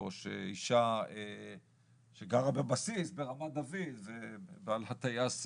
או אישה שגרה בבסיס ברמת דוד ובעלה טייס,